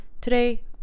Today